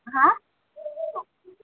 হাঁ